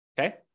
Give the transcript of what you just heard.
okay